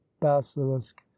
basilisk